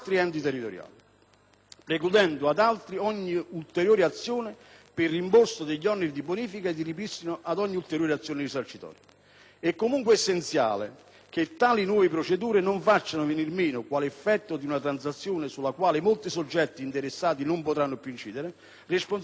precludendo ad altri ogni ulteriore azione per il rimborso degli oneri di bonifica e di ripristino ed ogni ulteriore azione risarcitoria. È comunque essenziale che tali nuove procedure non facciano venir meno, quale effetto di una transazione sulla quale molti soggetti interessati non potranno più incidere, responsabilità e diritti